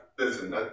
Listen